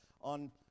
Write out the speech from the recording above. on